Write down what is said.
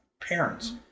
parents